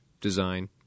design